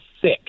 sick